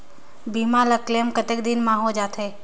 बीमा ला क्लेम कतेक दिन मां हों जाथे?